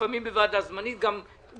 לפעמים גם בוועדה זמנית כשאתה,